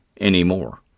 anymore